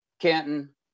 Canton